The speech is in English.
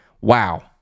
Wow